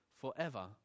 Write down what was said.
forever